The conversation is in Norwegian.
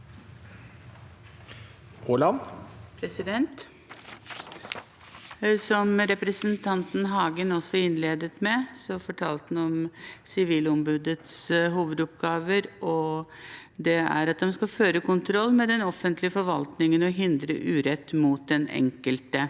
Som represen- tanten Hagen også innledet med, er Sivilombudets hovedoppgaver at de skal føre kontroll med den offentlige forvaltningen og hindre urett mot den enkelte.